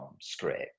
script